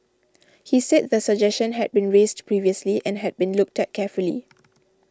he said the suggestion had been raised previously and had been looked at carefully